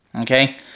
okay